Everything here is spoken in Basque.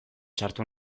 sartu